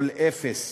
כל אפס